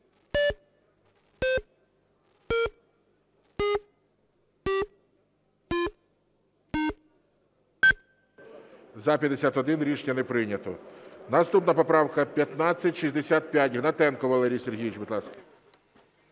За-51 Рішення не прийнято. Наступна поправка 1565, Гнатенко Валерій Сергійович. Будь ласка.